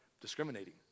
discriminating